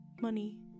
money